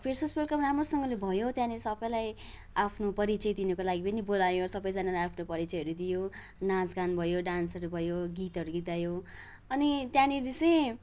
phrases welcome राम्रोसँगले भयो त्यहाँनिर सबैलाई आफ्नो परिचय दिनुको लागि पनि बोलायो सबैजनाले आफ्नो परिचयहरू दियो नाँचगान भयो डान्सहरू भयो गीतहरू गीत गायो अनि त्यहाँनिर चाहिँ